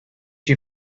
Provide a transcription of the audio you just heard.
you